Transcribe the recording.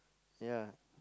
ya